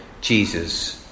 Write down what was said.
Jesus